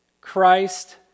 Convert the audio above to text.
Christ